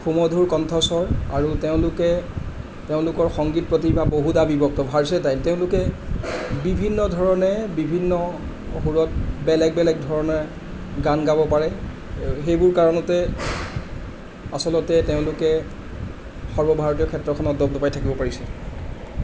সুমধুৰ কণ্ঠস্বৰ আৰু তেওঁলোকে তেওঁলোকৰ সংগীত প্ৰতিভা বহুদাবিভক্ত ভাৰ্চেটাইল তেওঁলোকে বিভিন্ন ধৰণে বিভিন্ন সুৰত বেলেগ বেলেগ ধৰণে গান গাব পাৰে সেইবোৰ কাৰণতে আচলতে তেওঁলোকে সৰ্বভাৰতীয় ক্ষেত্ৰখনত দপদপাই থাকিব পাৰিছে